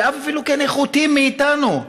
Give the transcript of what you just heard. ואף אפילו כנחותים מאיתנו.